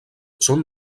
són